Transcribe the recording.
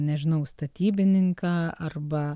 nežinau statybininką arba